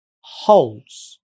holds